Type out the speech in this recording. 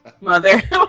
mother